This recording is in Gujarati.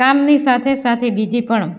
કામની સાથે સાથે બીજી પણ